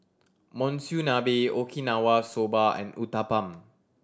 Monsunabe Okinawa Soba and Uthapam